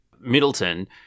Middleton